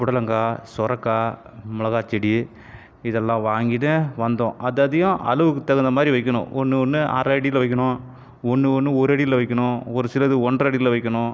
புடலங்கா சுரக்கா மிளகா செடி இதெல்லாம் வாங்கிட்டு வந்தோம் அதுதையும் அளவுக்கு தகுந்த மாதிரி வைக்கிணும் ஒன்று ஒன்று அரை அடியில் வைக்கிணும் ஒன்று ஒன்று ஒரு அடியில் வைக்கிணும் ஒரு சிலது ஒன்றரை அடியில் வைக்கிணும்